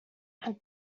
there